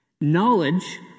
Knowledge